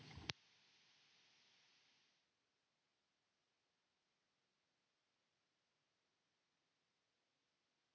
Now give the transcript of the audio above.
Kiitos.